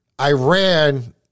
Iran